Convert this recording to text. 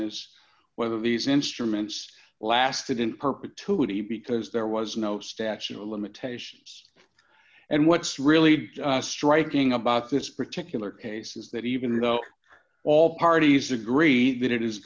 is whether these instruments lasted in perpetuity because there was no statute of limitations and what's really striking about this particular case is that even though all parties agree that it